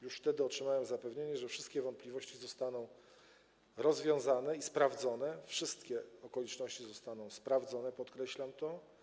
Już wtedy otrzymałem zapewnienie, że wszystkie wątpliwości zostaną rozwiane, wszystkie okoliczności zostaną sprawdzone, podkreślam to.